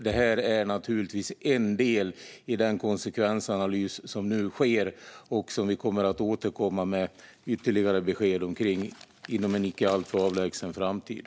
Det här är naturligtvis en del i den konsekvensanalys som nu sker och som vi kommer att återkomma med ytterligare besked kring inom en icke alltför avlägsen framtid.